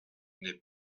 n’est